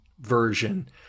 version